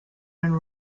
and